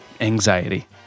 anxiety